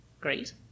Great